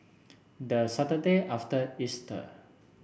the Saturday after Easter